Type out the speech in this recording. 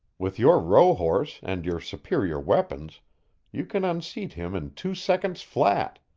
with your rohorse and your superior weapons you can unseat him in two seconds flat,